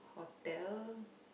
hotel